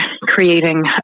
creating